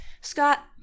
Scott